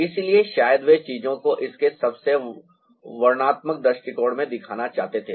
इसलिए शायद वे चीजों को इसके सबसे वर्णनात्मक दृष्टिकोण में दिखाना चाहते थे